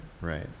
right